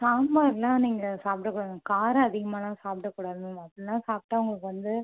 சாம்பாரெலாம் நீங்கள் சாப்பிடக்கூடாது மேம் காரம் அதிகமாவெலாம் சாப்பிடக்கூடாது மேம் அப்படிலாம் சாப்பிட்டா உங்களுக்கு வந்து